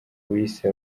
wise